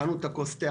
הכנו את כוס התה,